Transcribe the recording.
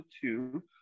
two